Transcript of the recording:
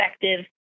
effective